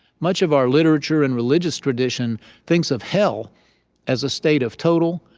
much of our literature and religious tradition thinks of hell as a state of total,